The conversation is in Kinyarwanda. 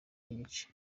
n’igice